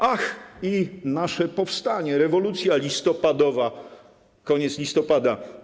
Ach, i nasze powstanie, rewolucja listopadowa, koniec listopada.